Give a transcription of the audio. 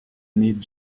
need